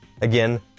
Again